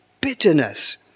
Bitterness